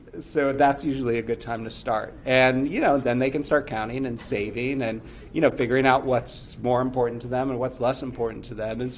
so that's usually a good time to start. and you know then they can start counting and saving, and you know figuring out what's more important to them and what's less important to them.